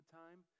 time